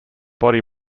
body